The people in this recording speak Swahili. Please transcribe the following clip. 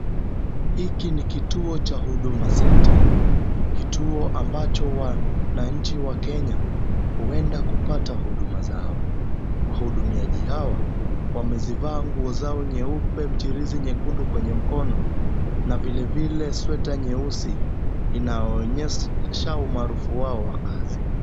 Hiki ni kituo cha Huduma Centre, kituo ambacho wananchi wa kenya huenda kupata huduma zao. Wahudumiaji hawa wamezivaa nguo zao nyeupe mtiririzi nyekundu kwenye mkono na vilevile sweta nyeusi. Inaonyesha umaarufu wao wa kazi.